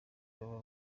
baba